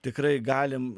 tikrai galim